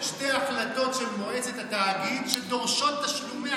שתי החלטות של מועצת התאגיד שדורשות תשלומי